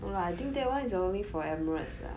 no lah I think that one is only for Emirates lah